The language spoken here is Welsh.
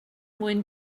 mwy